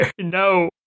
no